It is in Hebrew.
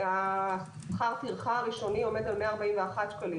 שכר הטרחה הראשוני עומד על 141 שקלים.